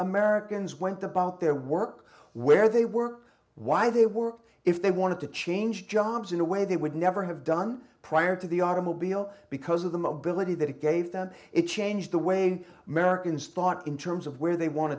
americans went about their work where they were why they work if they wanted to change jobs in a way they would never have done prior to the automobile because of the mobility that it gave them it changed the way americans thought in terms of where they want